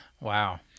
Wow